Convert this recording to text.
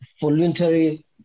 voluntary